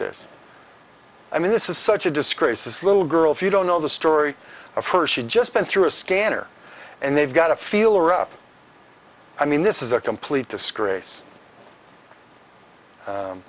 this i mean this is such a disgrace this little girl if you don't know the story of her she just went through a scanner and they've got a feeler up i mean this is a complete disgrace